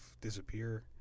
disappear